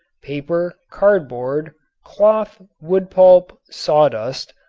paper, cardboard, cloth, wood pulp, sawdust,